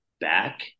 back